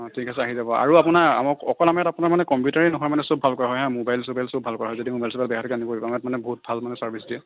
অ' ঠিক আছে আহি যাব আৰু আপোনাৰ আমাৰ অকল আমাৰ ইয়াত মানে কম্পিউটাৰে নহয় মানে সব ভাল কৰা হয় মোবাইল চোবাইল সব ভাল কৰা হয় যদি মোবাইল চোবাইল বেয়া হৈ থাকে আনিব পাৰিব ইয়াত মানে বহুত ভাল মানে চাৰ্ভিচ দিয়ে